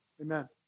amen